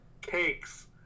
cakes